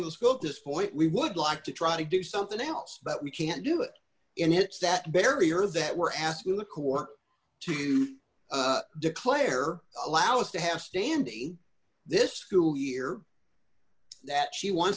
scope this point we would like to try to do something else but we can't do it in it's that barrier that we're asking the court to declare allow us to have standing this school year that she wants